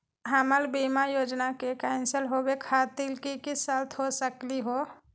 हमर बीमा योजना के कैन्सल होवे खातिर कि कि शर्त हो सकली हो?